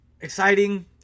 exciting